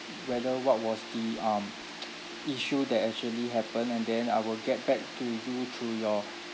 whether what was the um issue that actually happened and then I will get back to you through your